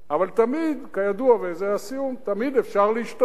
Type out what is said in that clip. אבל תמיד, כידוע, וזה הסיום, תמיד אפשר להשתפר,